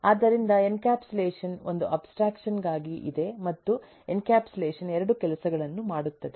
ಆದ್ದರಿಂದ ಎನ್ಕ್ಯಾಪ್ಸುಲೇಷನ್ ಒಂದು ಅಬ್ಸ್ಟ್ರಾಕ್ಷನ್ ಗಾಗಿ ಇದೆ ಮತ್ತು ಎನ್ಕ್ಯಾಪ್ಸುಲೇಷನ್ 2 ಕೆಲಸಗಳನ್ನು ಮಾಡುತ್ತದೆ